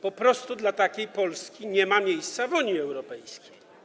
Po prostu dla takiej Polski nie ma miejsca w Unii Europejskiej.